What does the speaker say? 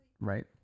right